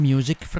Music